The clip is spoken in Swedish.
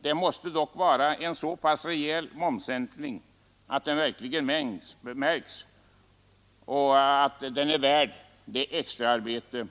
Det måste dock vara en så pass rejäl momssänkning att den verkligen märks och är värd det extra arbete